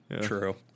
true